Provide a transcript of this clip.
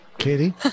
katie